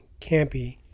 campy